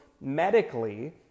medically